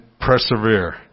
persevere